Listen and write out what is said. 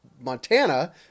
Montana